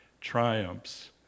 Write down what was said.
triumphs